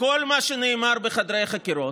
כל מה שנאמר בחדרי חקירות,